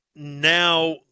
Now